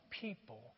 people